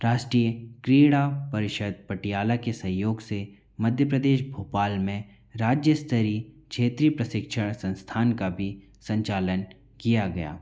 राष्ट्रीय क्रीड़ा परिषद पटियाला के सहयोग से मध्य प्रदेश भोपाल में राज्य स्तरी क्षेत्रीय प्रशिक्षण संस्थान का भी संचालन किया गया